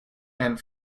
and